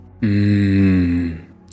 Mmm